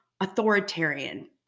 authoritarian